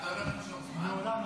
אתה הולך למשוך זמן?